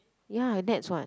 ya nets what